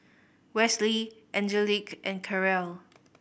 Westley Angelique and Karel